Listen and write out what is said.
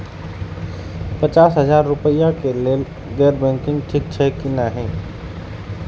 पचास हजार रुपए के लेल गैर बैंकिंग ठिक छै कि नहिं?